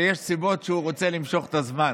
שיש סיבות לכך שהוא רוצה למשוך את הזמן,